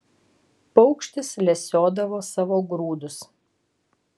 paukštis lesiodavo savo grūdus